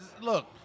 look